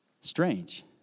strange